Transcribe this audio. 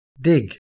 Dig